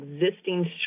existing